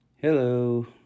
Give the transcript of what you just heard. Hello